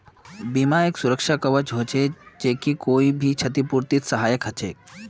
बीमा एक सुरक्षा कवर हछेक ई कोई भी नुकसानेर छतिपूर्तित सहायक हछेक